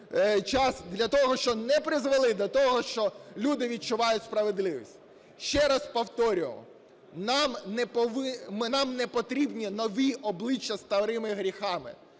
час, для того, що не призвели до того, щоб люди відчувають справедливість. Ще раз повторюю: нам не потрібні нові обличчя зі старими гріхами,